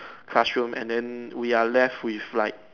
classroom and then we are left with like